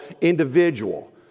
individual